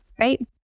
right